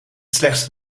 slechts